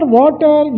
water